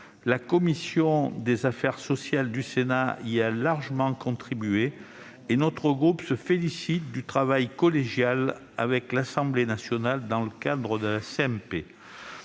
la commission des affaires sociales du Sénat y a largement contribué et notre groupe se félicite du travail collégial mené avec l'Assemblée nationale dans le cadre de la